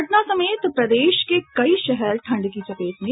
पटना समेत प्रदेश के कई शहर ठंड की चपेट में